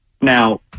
Now